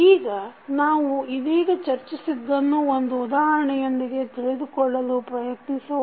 ಈಗ ನಾವು ಇದೀಗ ಚರ್ಚಿಸಿದ್ದನ್ನು ಒಂದು ಉದಾಹರಣೆಯೊಂದಿಗೆ ತಿಳಿದುಕೊಳ್ಳಲು ಪ್ರಯತ್ನಿಸೋಣ